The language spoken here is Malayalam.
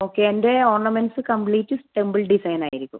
ഓക്കെ എൻ്റെ ഓർണമെൻ്റ്സ് കമ്പ്ലീറ്റ് ടെമ്പിൾ ഡിസൈൻ ആയിരിക്കും